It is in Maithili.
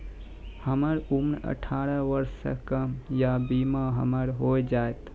हमर उम्र अठारह वर्ष से कम या बीमा हमर हो जायत?